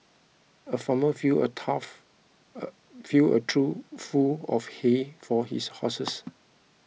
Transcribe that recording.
the farmer filled a tough a full a true full of hay for his horses